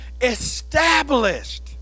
established